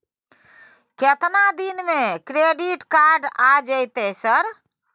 केतना दिन में क्रेडिट कार्ड आ जेतै सर?